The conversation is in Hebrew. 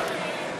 חברי הכנסת,